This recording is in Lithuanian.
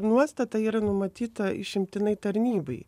nuostata yra numatyta išimtinai tarnybai